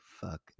fuck